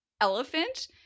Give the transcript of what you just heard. elephant